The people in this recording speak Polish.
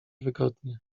wygodnie